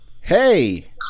hey